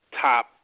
top